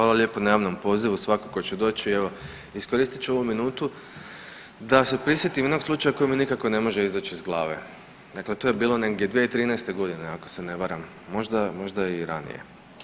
Hvala lijepo na javnom pozivu, svakako ću doći i evo iskoristit ću ovu minutu da se prisjetim jednog slučaja koji mi nikako ne može izać iz glave, dakle to je bilo negdje 2013.g. ako se ne varam, možda, možda i ranije.